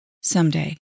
Someday